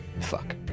fuck